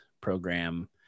program